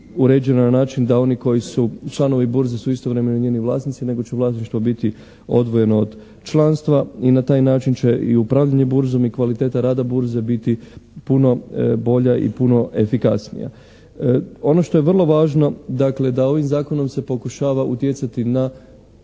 uređena na način da oni koji su članovi burze su istovremeno i njeni vlasnici nego će vlasništvo biti odvojeno od članstva i na taj način će i upravljanje burzom i kvaliteta rada burze biti puno bolja i puno efikasnija. Ono što je vrlo važno dakle da ovim Zakonom se pokušava utjecati na